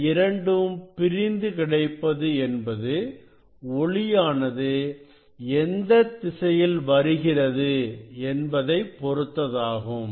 இந்த இரண்டும் பிரிந்து கிடைப்பது என்பது ஒளியானது எந்த திசையில் வருகிறது என்பதைப் பொருத்ததாகும்